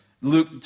Luke